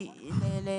בתוספת השנייה בפרט